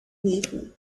hieven